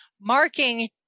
marking